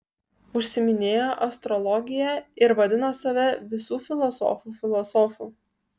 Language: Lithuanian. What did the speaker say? užsiiminėjo astrologija ir vadino save visų filosofų filosofu